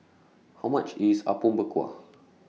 How much IS Apom Berkuah